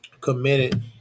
committed